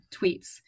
tweets